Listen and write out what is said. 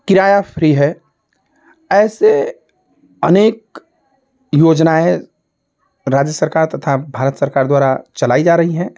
किराया फ़्री है ऐसे अनेक योजनाएँ राज्य सरकार तथा भारत सरकार द्वारा चलाई जा रही हैं